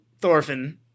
Thorfinn